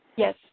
Yes